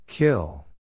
Kill